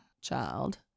child